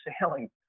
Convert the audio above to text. sailing